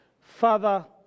father